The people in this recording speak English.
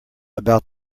about